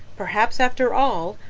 perhaps, after all,